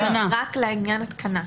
ההחלטה היא רק לעניין ההתקנה.